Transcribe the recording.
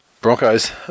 Broncos